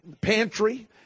pantry